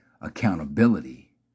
accountability